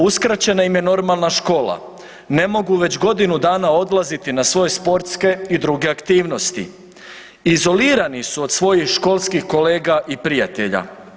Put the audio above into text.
Uskraćena im je normalna škola, ne mogu već godinu dana odlaziti na svoje sportske i druge aktivnosti, izolirani su od svojih školskih kolega i prijatelja.